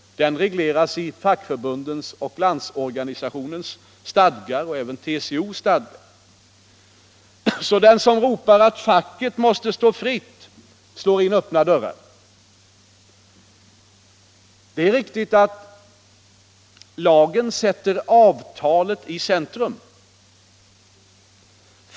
Den regleras i fackförbundens, Landsorganisationens och TCO:s stadgar. Så den som ropar att facket måste stå fritt slår in öppna dörrar. Det är riktigt att lagen sätter avtalet i centrum.